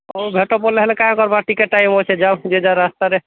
ହଉ ଭେଟ ପଡ଼ିଲେ ହେଲେ କ'ଣ କରିବା ଟିକେ ଟାଇମ୍ ଅଛି ଯାଅ ଯିଏ ଯାହା ରାସ୍ତାରେ